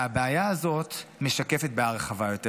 הבעיה הזאת משקפת בעיה רחבה יותר,